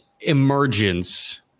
Emergence